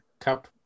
cup